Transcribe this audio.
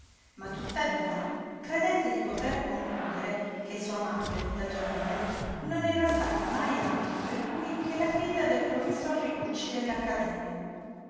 ma tuttavia credette di poter concludere che sua madre da giovane non era stata mai altro per lui che la figlia del professor rigucci